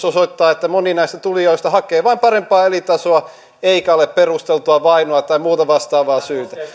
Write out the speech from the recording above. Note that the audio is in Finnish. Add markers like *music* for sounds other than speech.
*unintelligible* osoittaa että moni näistä tulijoista hakee vain parempaa elintasoa eikä ole perusteltua vainoa tai muuta vastaavaa syytä